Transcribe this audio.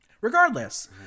Regardless